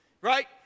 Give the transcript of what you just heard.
right